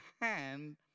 hand